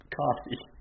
coffee